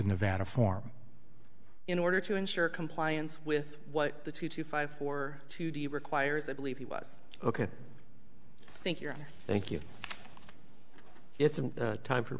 of nevada form in order to ensure compliance with what the two to five four to be requires i believe he was ok thank you thank you it's a time for